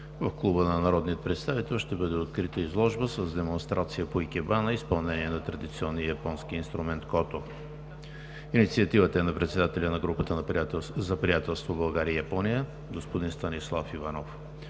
В Клуба на народния представител ще бъде открита изложба с демонстрация по икебана и изпълнение на традиционния инструмент кото. Инициативата е на председателя на Групата за приятелство България – Япония, господин Станислав Иванов.